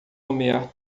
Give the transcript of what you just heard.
nomear